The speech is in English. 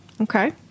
Okay